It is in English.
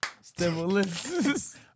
Stimulus